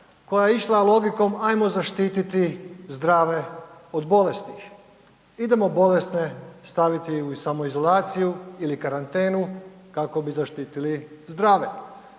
koja je išla logikom ajmo zaštititi zdrave od bolesnih, idemo bolesne staviti u samoizolaciju ili karantenu kako bi zaštitili zdrave.